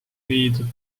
viidud